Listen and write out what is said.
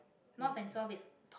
north and south is